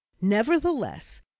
nevertheless